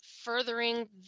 furthering